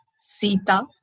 Sita